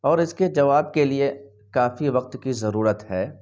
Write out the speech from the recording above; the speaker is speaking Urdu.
اور اس کے جواب کے لیے کافی وقت کی ضرورت ہے